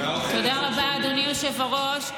תודה רבה, אדוני היושב-ראש.